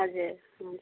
हजुर हुन्छ